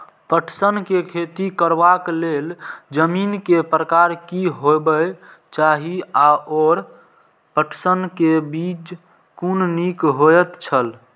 पटसन के खेती करबाक लेल जमीन के प्रकार की होबेय चाही आओर पटसन के बीज कुन निक होऐत छल?